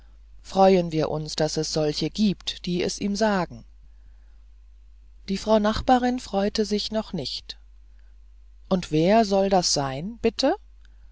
freuen wir uns daß es solche giebt die es ihm sagen die frau nachbarin freute sich noch nicht und wer sollte das sein bitte